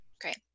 great